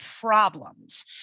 problems